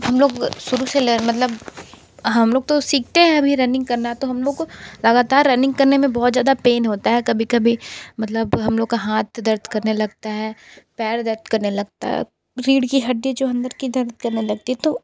हम लोग शुरू से मतलब हम लोग तो सीखते हैं अभी रनिंग करना तो हम लोग को लगातार रनिंग करने में बहुत ज़्यादा पेन होती है कभी कभी मतलब हम लोग का हाथ दर्द करने लगता है पैर दर्द करने लगता है रीढ़ की हड्डी जो अंदर की दर्द करने लगती है तो